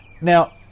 Now